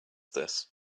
this